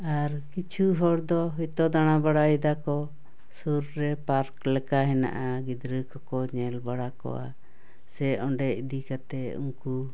ᱟᱨ ᱠᱤᱪᱷᱩ ᱦᱚᱲ ᱫᱚ ᱡᱚᱛᱚ ᱫᱟᱬᱟ ᱵᱟᱲᱟᱭᱮᱫᱟ ᱠᱚ ᱥᱩᱨ ᱨᱮ ᱯᱟᱨᱠ ᱞᱮᱠᱟ ᱦᱮᱱᱟᱜᱼᱟ ᱜᱤᱫᱽᱨᱟᱹ ᱠᱚᱠᱚ ᱧᱮᱞ ᱵᱟᱲᱟ ᱠᱚᱣᱟ ᱥᱮ ᱚᱸᱰᱮ ᱤᱫᱤ ᱠᱟᱛᱮ ᱩᱱᱠᱩ